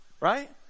Right